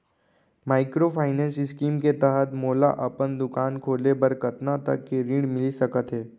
Microfinance scheme के तहत मोला अपन दुकान खोले बर कतना तक के ऋण मिलिस सकत हे?